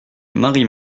marie